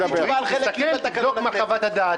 זה לא מתאים לחוות הדעת.